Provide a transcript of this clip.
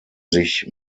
sich